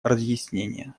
разъяснения